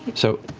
so